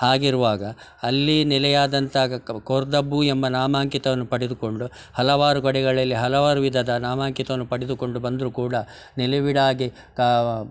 ಹಾಗಿರುವಾಗ ಅಲ್ಲಿ ನೆಲೆಯಾದಂಥ ಕೋರ್ದಬ್ಬು ಎಂಬ ನಾಮಾಂಕಿತವನ್ನು ಪಡೆದುಕೊಂಡು ಹಲವಾರು ಕಡೆಗಳಲ್ಲಿ ಹಲವಾರು ವಿಧದ ನಾಮಾಂಕಿತವನ್ನು ಪಡೆದುಕೊಂಡು ಬಂದರು ಕೂಡ ನೆಲೆವೀಡಾಗಿ